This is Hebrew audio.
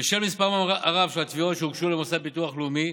בשל מספרן הרב של התביעות שהוגשו למוסד לביטוח לאומי,